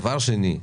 ודבר שני,